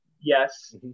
yes